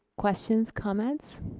questions, comments?